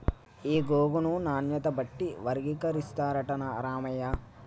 ఈ గోగును నాణ్యత బట్టి వర్గీకరిస్తారట రామయ్య